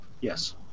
Yes